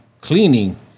cleaning